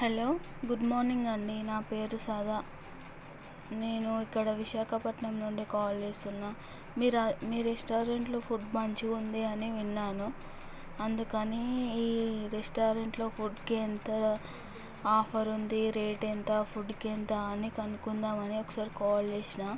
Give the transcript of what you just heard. hello good morning అండి నా పేరు సదా నేను ఇక్కడ విశాఖపట్టణం నుండి కాల్ చేస్తున్నాను మీరు మీ రెస్టారెంట్లో ఫుడ్ మంచిగా ఉంటుందని విన్నాను అందుకని ఈ రెస్టారెంట్లో ఫ్యూడ్కి ఎంత ఆఫర్ ఉంది రేట్ ఎంత ఫ్యూడ్కి ఎంత అని కనుక్కుందామని ఒకసారి కాల్ చేసాను